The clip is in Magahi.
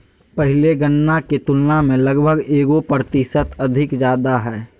पहले गणना के तुलना में लगभग एगो प्रतिशत अधिक ज्यादा हइ